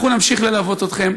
אנחנו נמשיך ללוות אתכם.